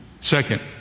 second